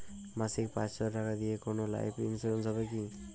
মাসিক পাঁচশো টাকা দিয়ে কোনো লাইফ ইন্সুরেন্স হবে কি?